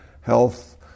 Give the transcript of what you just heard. health